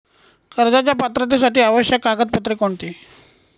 कर्जाच्या पात्रतेसाठी आवश्यक कागदपत्रे कोणती?